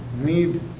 need